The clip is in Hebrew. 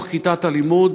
בתוך כיתת הלימוד,